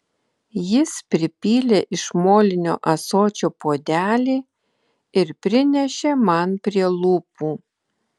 jis pripylė iš molinio ąsočio puodelį ir prinešė man prie lūpų